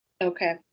Okay